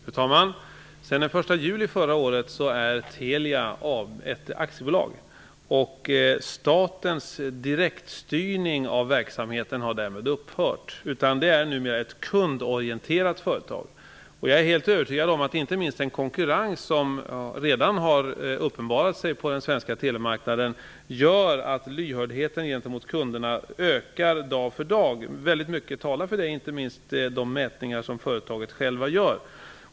Fru talman! Sedan den 1 juli förra året är Telia ett aktiebolag. Statens direktstyrning av verksamheten har därmed upphört. Telia är numera ett kundorienterat företag. Jag är helt övertygad om att inte minst den konkurrens som redan uppenbarat sig på den svenska telemarknaden gör att lyhördheten gentemot kunderna ökar dag för dag. Väldigt mycket talar för det; det kan man se inte minst av de mätningar som företaget självt gör.